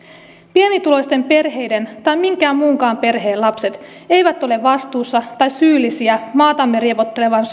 pienituloisten perheiden tai minkään muunkaan perheen lapset eivät ole vastuussa maatamme riepottelevasta